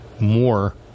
more